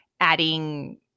adding